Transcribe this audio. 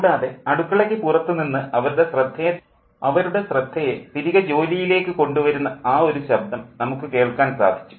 കൂടാതെ അടുക്കളയ്ക്ക് പുറത്തു നിന്ന് അവരുടെ ശ്രദ്ധയെ തിരികെ ജോലിയിലേക്ക് കൊണ്ടുവരുന്ന ആ ഒരു ശബ്ദം നമുക്ക് കേൾക്കാൻ സാധിച്ചു